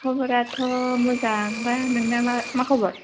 खबराथ' मोजां दा नोंना मा खबर